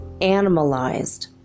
animalized